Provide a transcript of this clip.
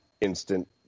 instant